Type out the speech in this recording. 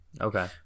okay